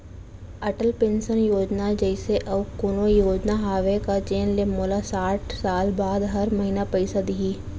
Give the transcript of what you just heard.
Atal pension Yojana जइसे अऊ कोनो योजना हावे का जेन ले मोला साठ साल बाद हर महीना पइसा दिही?